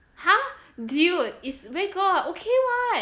!huh! dude is where got okay what